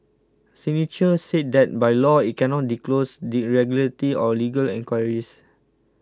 signature said that by law it cannot disclose the regulatory or legal inquiries